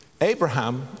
Abraham